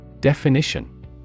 Definition